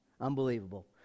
Unbelievable